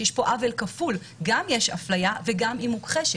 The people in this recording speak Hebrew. יש פה עוול כפול, גם יש הפליה וגם היא מוכחשת.